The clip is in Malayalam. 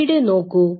ഇവിടെ നോക്കൂ